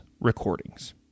recordings